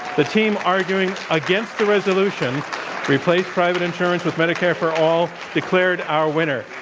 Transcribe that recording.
the team arguing against the resolution replace private insurance with medicare for all declared our winner.